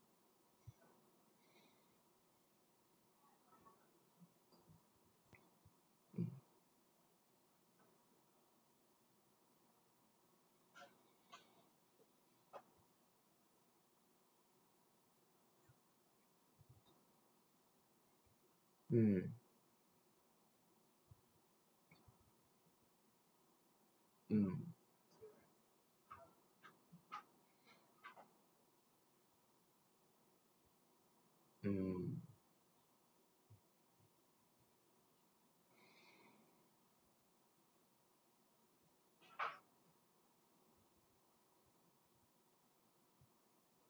mm mm mm